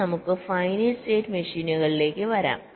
ഇനി നമുക്ക് finite state മെഷീനുകളിലേക്ക് വരാം